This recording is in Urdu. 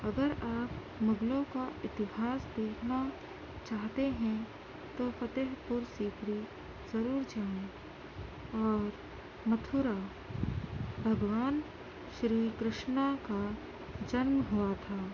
اگر آپ مغلوں کا اتہاس دیکھنا چاہتے ہیں تو فتح پور سیکری ضرور جائیں اور متھرا بھگوان شری کرشنا کا جنم ہوا تھا